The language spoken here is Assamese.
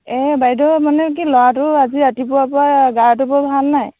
এ বাইদেউ মানে কি ল'ৰাটোৰ আজি ৰাতিপুৱা পৰা গাটো বৰ ভাল নাই